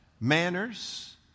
manners